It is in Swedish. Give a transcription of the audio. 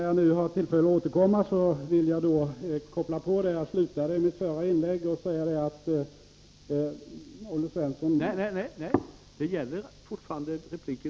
Jag trodde jag hade ordet för anförande.